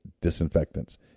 disinfectants